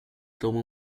tome